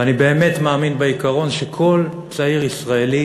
ואני באמת מאמין בעיקרון שכל צעיר ישראלי